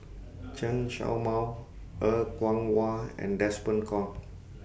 Chen Show Mao Er Kwong Wah and Desmond Kon